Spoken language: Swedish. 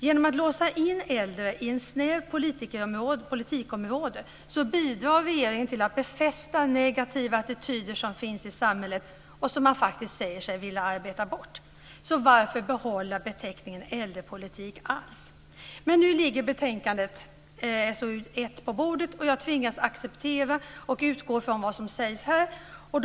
Genom att låsa in äldre i ett snävt politikområde bidrar regeringen till att befästa de negativa attityderna som finns i samhället och som man säger sig vilja arbeta bort. Så varför behålla begreppet äldrepolitik alls? Men nu ligger betänkandet SoU1 på bordet, och jag tvingas att acceptera och utgå från vad som sägs i detta.